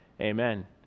Amen